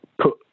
put